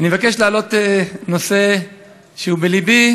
אני מבקש להעלות נושא שהוא בלבי,